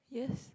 yes